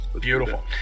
Beautiful